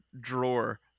drawer